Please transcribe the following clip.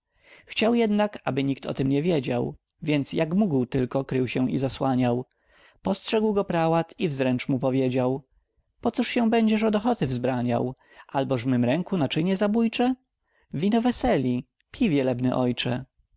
chciał jednak aby nikt o tem nie wiedział więc jak mógł tylko krył się i zasłaniał postrzegł go prałat i wzręcz mu powiedział pocóż się będziesz od ochoty wzbraniał alboż w mych ręku naczynie zabójcze wino weseli pij wielebny ojcze